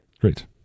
great